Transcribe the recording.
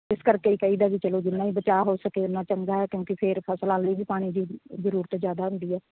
ਇਸ ਕਰਕੇ ਹੀ ਕਹੀ ਦਾ ਵੀ ਚਲੋ ਜਿੰਨਾ ਵੀ ਬਚਾ ਹੋ ਸਕੇ ਉਨਾ ਚੰਗਾ ਕਿਉਂਕਿ ਫਿਰ ਫ਼ਸਲਾਂ ਲਈ ਵੀ ਪਾਣੀ ਦੀ ਜ਼ਰੂਰਤ ਜ਼ਿਆਦਾ ਹੁੰਦੀ ਹੈ